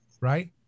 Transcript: right